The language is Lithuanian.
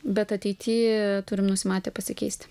bet ateity turim nusimatę pasikeisti